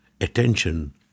attention